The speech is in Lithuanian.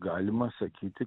galima sakyti